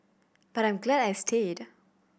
but I'm glad I stayed